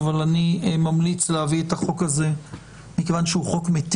אבל אני ממליץ להביא את החוק הזה כבר היום